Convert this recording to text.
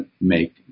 make